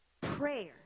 prayer